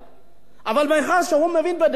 אבל מאחר שהוא מבין בדמוקרטיה הוא בא